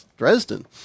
Dresden